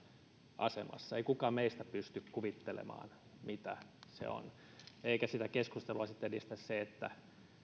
asemassa ei kukaan meistä pysty kuvittelemaan mitä se on eikä sitä keskustelua sitten edistä se että